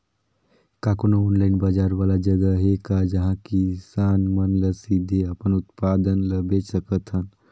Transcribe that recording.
का कोनो ऑनलाइन बाजार वाला जगह हे का जहां किसान मन ल सीधे अपन उत्पाद ल बेच सकथन?